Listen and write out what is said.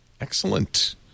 Excellent